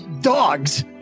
dogs